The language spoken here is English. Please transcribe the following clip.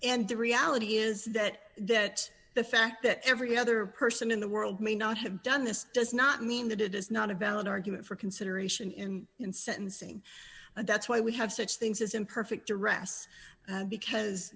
and the reality is that that the fact that every other person in the world may not have done this does not mean that it is not a valid argument for consideration in in sentencing and that's why we have such things as imperfect arrests because